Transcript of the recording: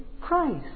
Christ